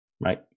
right